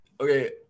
Okay